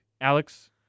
Alex